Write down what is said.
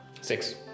Six